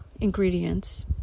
ingredients